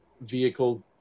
vehicle